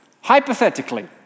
Hypothetically